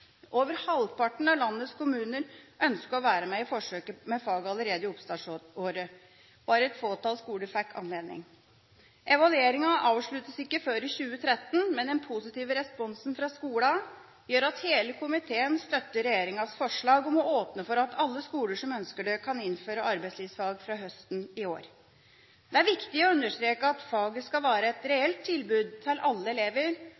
Over halvparten av landets kommuner ønsket å være med i forsøket med faget allerede i oppstartsåret. Bare et fåtall skoler fikk anledning. Evalueringen avsluttes ikke før i 2013, men den positive responsen fra skolene gjør at hele komiteen støtter regjeringas forslag om å åpne for at alle skoler som ønsker det, kan innføre arbeidslivsfag fra høsten i år. Det er viktig å understreke at faget skal være et reelt tilbud til alle elever